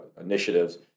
initiatives